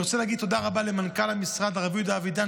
אני רוצה להגיד תודה רבה למנכ"ל המשרד הרב יהודה אבידן,